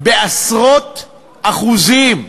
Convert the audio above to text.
בעשרות אחוזים.